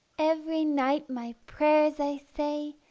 every night my prayers i say,